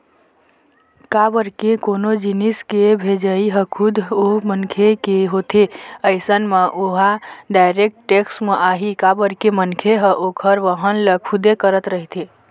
काबर के कोनो जिनिस के भेजई ह खुद ओ मनखे के होथे अइसन म ओहा डायरेक्ट टेक्स म आही काबर के मनखे ह ओखर वहन ल खुदे करत रहिथे